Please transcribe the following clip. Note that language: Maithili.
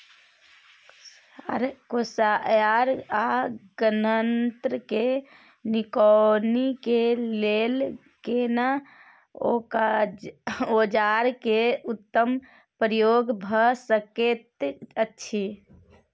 कोसयार आ गन्ना के निकौनी के लेल केना औजार के उत्तम प्रयोग भ सकेत अछि?